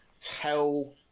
tell